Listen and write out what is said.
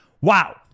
Wow